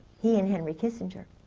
he and henry kissinger.